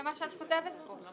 זה מה שאת כותבת פה.